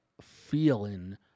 feeling